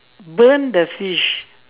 burn the fish